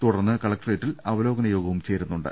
തുടർന്ന് കലക്ടറേറ്റിൽ അവലോകന യോഗവും ചേരുന്നുണ്ട്